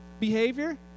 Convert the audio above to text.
behavior